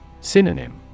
Synonym